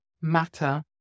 matter